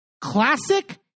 Classic